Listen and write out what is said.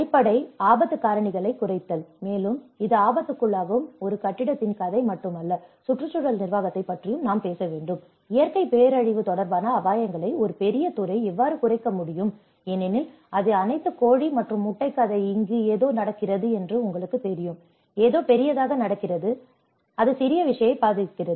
அடிப்படை ஆபத்து காரணிகளைக் குறைத்தல் மேலும் இது ஆபத்துக்குள்ளாகும் ஒரு கட்டிடத்தின் கதை மட்டுமல்ல சுற்றுச்சூழல் நிர்வாகத்தைப் பற்றியும் நாம் பேச வேண்டும் இயற்கை பேரழிவு தொடர்பான அபாயங்களை ஒரு பெரிய துறை எவ்வாறு குறைக்க முடியும் ஏனெனில் இது அனைத்தும் கோழி மற்றும் முட்டை கதை இங்கே ஏதோ நடக்கிறது என்று உங்களுக்குத் தெரியும் ஏதோ பெரியதாக நடக்கிறது ஏதோ பெரியதாக நடக்கிறது அது சிறிய விஷயத்தை பாதிக்கிறது